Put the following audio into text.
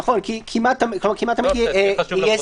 כי זה נראה לנו קצת מרחיק לכת "המקטינים את